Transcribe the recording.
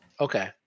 Okay